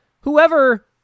Whoever